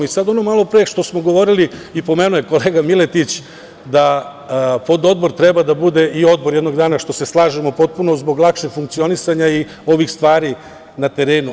Sad ono malopre što smo govorili, pomenuo je i kolega Miletić, da pododbor treba da bude i odbor jednog dana, što se slažemo potpuno, zbog lakšeg funkcionisanja i ovih stvari na terenu.